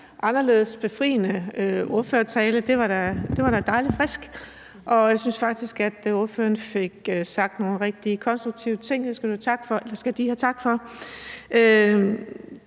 anderledes og befriende ordførertale. Det var da dejlig friskt. Jeg synes faktisk, at ordføreren fik sagt nogle rigtig konstruktive ting. Det skal De have tak for.